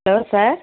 ఎవరు సార్